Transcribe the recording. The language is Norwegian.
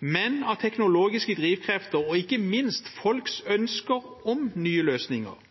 men av teknologiske drivkrefter, og ikke minst av folks ønsker om nye løsninger.